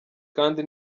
kandi